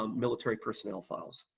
um military personnel files,